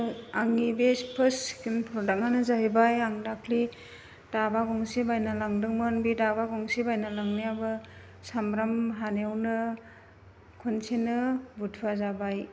आंनि बे सेकेनड प्रडाक्टनानो जाहैबाय आं दाख्लि दाबा गंसे बायना लांदोंमोन बे दाबा गंसे बायना लांनायाबो सामब्राम हानायावनो खनसेनो बुथुवा जाबाय